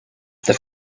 the